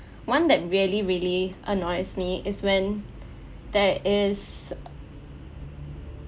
one that really really annoys me is when there is